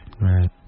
Right